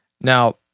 Now